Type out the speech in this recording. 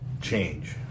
change